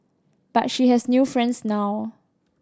but she has new friends now